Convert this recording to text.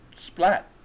splat